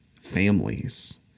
families